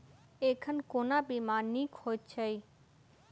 एखन कोना बीमा नीक हएत छै?